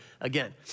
again